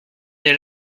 est